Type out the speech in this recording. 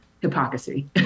hypocrisy